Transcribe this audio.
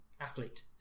athlete